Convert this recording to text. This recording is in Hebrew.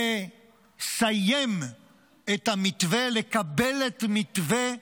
לסיים את המתווה, לקבל את מתווה,